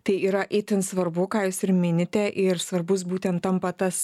tai yra itin svarbu ką jūs ir minite ir svarbus būtent tampa tas